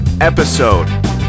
episode